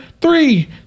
Three